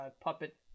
puppet